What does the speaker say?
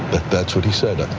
that's what he said,